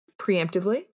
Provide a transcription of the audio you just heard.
preemptively